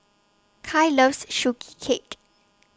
Kai loves Sugee Cake